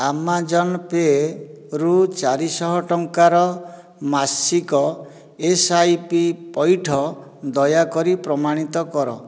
Amazon ପେରୁ ଚାରିଶହ ଟଙ୍କାର ମାସିକ ଏସ୍ ଆଇ ପି ପଇଠ ଦୟାକରି ପ୍ରମାଣିତ କର